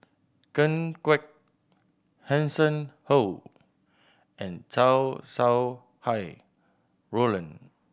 Ken Kwek Hanson Ho and Chow Sau Hai Roland